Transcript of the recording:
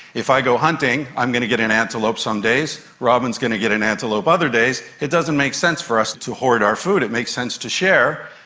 if i go hunting, i'm going to get an antelope some days, robyn is going to get an antelope other days, it doesn't make sense for us to hoard our food, it makes sense to share,